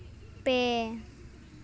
ᱯᱮ